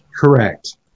Correct